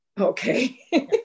Okay